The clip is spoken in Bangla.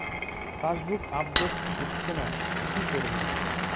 পাসবুক আপডেট হচ্ছেনা কি করবো?